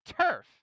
turf